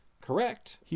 Correct